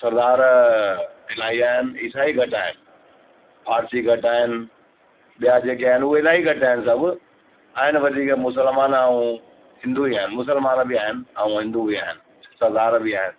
सरदार इलाही आहिनि ईसाई घटि आहिनि फ़ारसी घटि आहिनि ॿिया जेके आहिनि उहे इलाही घटि आहिनि सभु आहिनि वधीक मुस्लमान ऐं हिंदू ई आहिनि मुस्लमान बि आहिनि ऐं हिंदू बि आहिनि सरदार बि आहिनि